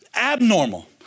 abnormal